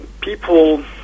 people